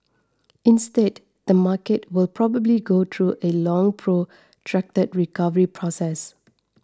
instead the market will probably go through a long protracted recovery process